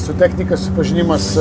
su technika supažinimas